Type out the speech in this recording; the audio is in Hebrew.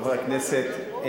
חברי הכנסת,